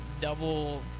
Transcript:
double